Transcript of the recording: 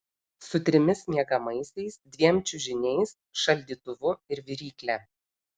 su trimis miegamaisiais dviem čiužiniais šaldytuvu ir virykle